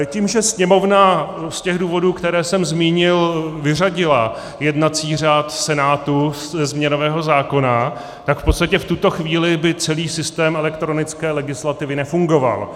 Tím, že Sněmovna z důvodů, které jsem zmínil, vyřadila jednací řád Senátu ze změnového zákona, by v podstatě v tuto chvíli celý systém elektronické legislativy nefungoval.